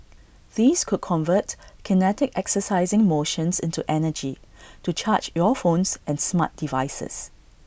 these could convert kinetic exercising motions into energy to charge your phones and smart devices